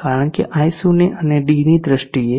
કારણ કે i0 અને d ની દ્રષ્ટિએ